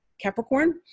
Capricorn